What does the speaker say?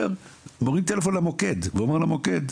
ומרים טלפון למוקד ואומר למוקד,